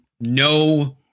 no